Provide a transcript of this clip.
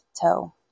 toe